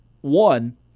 one